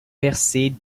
percer